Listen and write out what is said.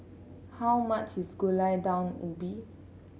how much is Gulai Daun Ubi